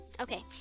okay